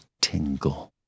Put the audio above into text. tingle